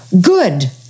good